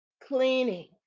cleaning